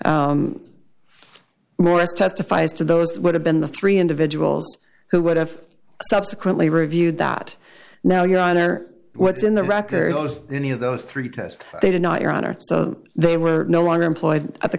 pac morris testifies to those that would have been the three individuals who would have subsequently reviewed that now your honor what's in the record of any of those three tests they did not your honor so they were no longer employed at the